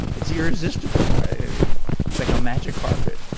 it's irresistible, right? i mean, it's like a magic carpet.